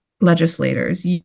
legislators